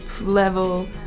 level